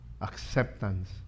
acceptance